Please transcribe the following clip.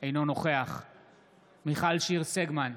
אינו נוכח מיכל שיר סגמן,